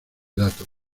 datos